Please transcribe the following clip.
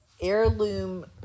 heirloom